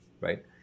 right